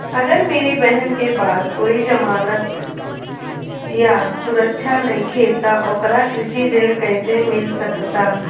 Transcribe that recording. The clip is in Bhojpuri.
अगर मेरी बहन के पास कोई जमानत या सुरक्षा नईखे त ओकरा कृषि ऋण कईसे मिल सकता?